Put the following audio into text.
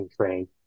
train